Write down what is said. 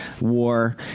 war